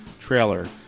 trailer